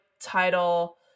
Title